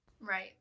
Right